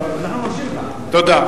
תודה.